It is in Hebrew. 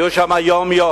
יהיו שם יום-יום.